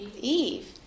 Eve